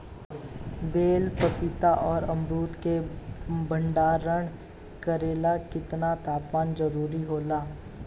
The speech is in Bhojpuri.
बेल पपीता और अमरुद के भंडारण करेला केतना तापमान जरुरी होला?